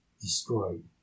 destroyed